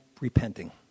repenting